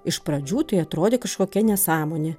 iš pradžių tai atrodė kažkokia nesąmonė